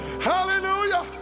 Hallelujah